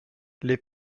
les